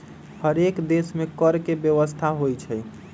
हरेक देश में कर के व्यवस्था होइ छइ